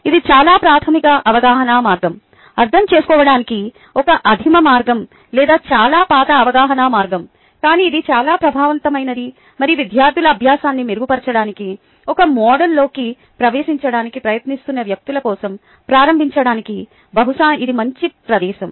ఇది చాలా ప్రాధమిక అవగాహన మార్గం అర్థం చేసుకోవడానికి ఒక ఆదిమ మార్గం లేదా చాలా పాత అవగాహన మార్గం కానీ ఇది చాలా ప్రభావవంతమైనది మరియు విద్యార్థుల అభ్యాసాన్ని మెరుగుపరచడానికి ఒక మోడ్లోకి ప్రవేశించడానికి ప్రయత్నిస్తున్న వ్యక్తుల కోసం ప్రారంభించడానికి బహుశా ఇది మంచి ప్రదేశం